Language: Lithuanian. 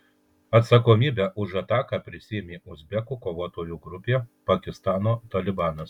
atsakomybę už ataką prisiėmė uzbekų kovotojų grupė pakistano talibanas